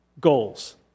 Goals